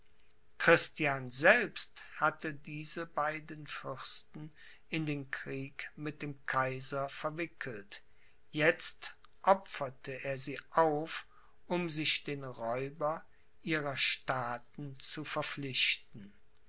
christian selbst hatte diese beiden fürsten in den krieg mit dem kaiser verwickelt jetzt opferte er sie auf um sich den räuber ihrer staaten zu verpflichten